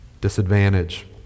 disadvantage